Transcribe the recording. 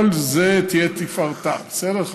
לא על זה תהיה תפארתה, בסדר?